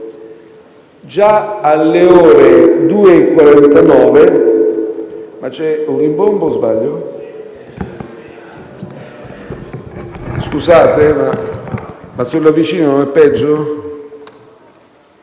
Già alle ore 2,49